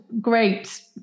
great